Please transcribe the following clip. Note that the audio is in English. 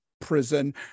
prison